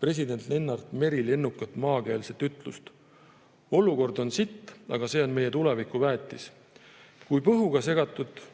president Lennart Meri lennukat maakeelset ütlust "Olukord on sitt, aga see on meie tuleviku väetis". Kui põhuga segades